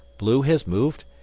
blue has moved,